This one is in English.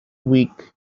week